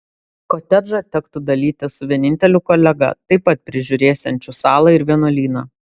kotedžą tektų dalytis su vieninteliu kolega taip pat prižiūrėsiančiu salą ir vienuolyną